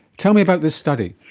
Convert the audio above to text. tell me about this study.